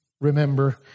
remember